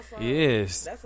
Yes